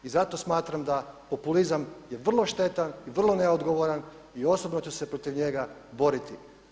I zato smatram da populizam je vrlo štetan i vrlo neodgovoran i osobno ću se protiv njega boriti.